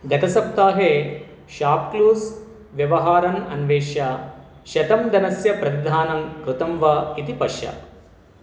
गतसप्ताहे ShopClues व्यवहारन् अन्वेष्य शतं धनस्य प्रतिदानं कृतं वा इति पश्य